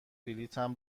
بلیطم